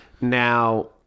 Now